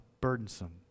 burdensome